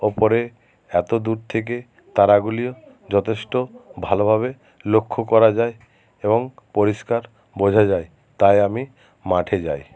ওপরে এতো দূর থেকে তারাগুলিও যথেষ্ট ভালোভাবে লক্ষ্য করা যায় এবং পরিষ্কার বোঝা যায় তাই আমি মাঠে যাই